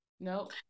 Nope